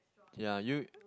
ya you